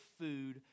food